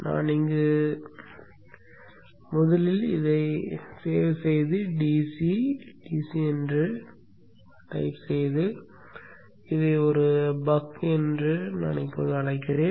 நான் இங்கு சென்று முதலில் இதை சேமித்து DC DC என்று தட்டச்சு செய்து இதை ஒரு நேரம் பார்க்கவும் 0044 பக் என்று அழைக்கிறேன்